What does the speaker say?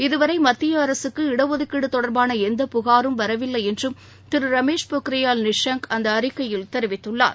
இதுவரை மத்திய அரசுக்கு இடஒதுக்கீடு தொடா்பான எந்த புகாரும் வரவில்லை என்றும் திரு ரமேஷ் பொனியால் நிஷாங் அந்த அறிக்கையில் தெரிவித்துள்ளார்